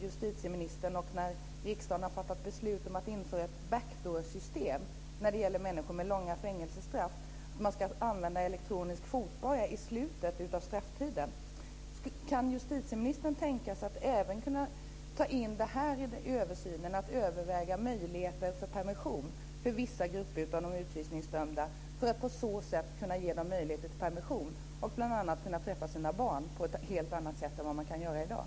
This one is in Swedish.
Justitieministern och riksdagen har nu fattat beslut om att man ska införa ett back door-system för människor med långa fängelsestraff och att man ska använda elektronisk fotboja i slutet av strafftiden. Kan justitieministern tänka sig att vid översynen även överväga möjligheter till permission med elektronisk fotboja för vissa grupper av de utvisningsdömda, för att på så sätt ge dem möjligheter till permission för att bl.a. kunna träffa sina barn på ett helt annat sätt än vad de kan göra i dag?